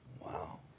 Wow